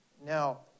Now